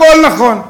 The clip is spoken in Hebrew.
הכול נכון.